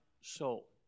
soul